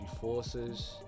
forces